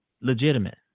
legitimate